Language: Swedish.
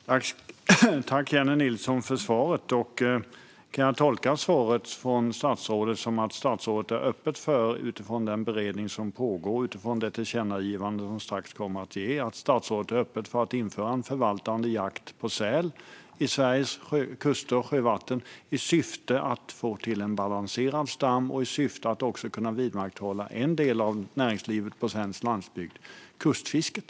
Fru talman! Jag vill tacka Jennie Nilsson för svaret. Kan jag tolka statsrådets svar som att hon, utifrån den beredning som pågår och det tillkännagivande som strax kommer att ges, är öppen för att införa förvaltande jakt på säl i Sveriges kust och sjövatten, i syfte att få till en balanserad stam och för att vidmakthålla en del av näringslivet på svensk landsbygd, kustfisket?